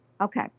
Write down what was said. Okay